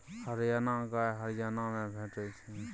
हरियाणा गाय हरियाणा मे भेटै छै